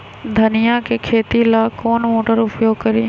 धनिया के खेती ला कौन मोटर उपयोग करी?